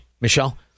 Michelle